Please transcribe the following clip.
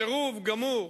סירוב גמור